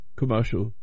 commercial